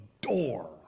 door